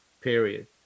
period